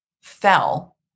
fell